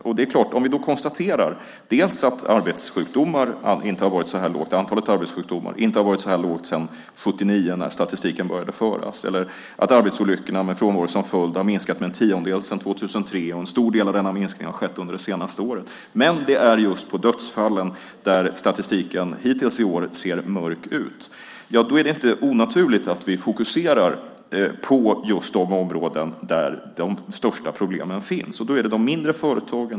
Vi kan då konstatera att antalet arbetssjukdomar inte har varit så här lågt sedan 1979 när statistiken började föras och att arbetsolyckorna med frånvaro som följd har minskat med en tiondel sedan 2003, och en stor del av denna minskning har skett under det senaste året. Det är just när det gäller dödsfallen som statistiken hittills i år ser mörk ut. Då är det inte onaturligt att vi fokuserar på just de områden där de största problemen finns. Det är de mindre företagen.